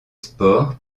spores